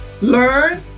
Learn